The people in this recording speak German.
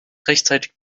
rechtzeitig